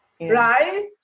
Right